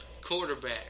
quarterback